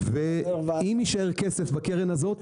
ואם יישאר כסף בקרן הזאת,